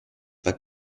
pas